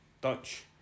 Dutch